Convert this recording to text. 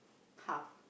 half